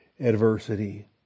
adversity